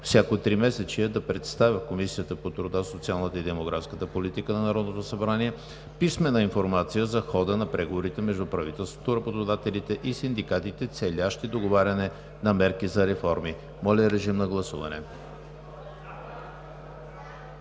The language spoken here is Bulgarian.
всяко тримесечие да представя в Комисията по труда, социалната и демографска политика на Народното събрание писмена информация за хода на преговорите между правителството, работодателите и синдикатите, целящи договаряне на мерки за реформи.“ Моля, режим на гласуване.